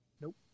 Nope